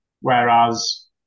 Whereas